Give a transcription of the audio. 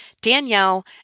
danielle